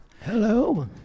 Hello